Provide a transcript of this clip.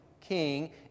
king